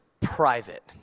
private